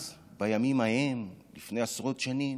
אז, בימים ההם, לפני עשרות שנים,